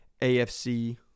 AFC